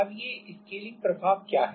अब ये स्केलिंग प्रभाव क्या है